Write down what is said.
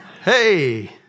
Hey